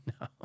no